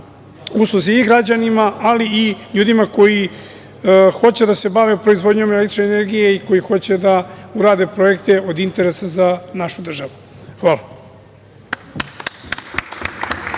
usluzi i građanima, ali i ljudima koji hoće da se bave proizvodnjom električne energije i koji hoće da rade projekte od interesa za našu državu. Hvala.